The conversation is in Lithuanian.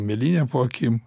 mėlynėm po akim